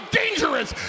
dangerous